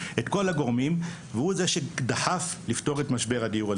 את כל הגורמים והוא זה שדחף לפתור את משבר הדיור הלאומי.